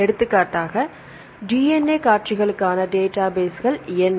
எடுத்துக்காட்டாக DNA காட்சிகளுக்குகான database என்ன